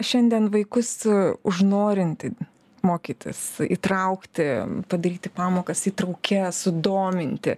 šiandien vaikus užnorinti mokytis įtraukti padaryti pamokas įtraukias sudominti